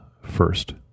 first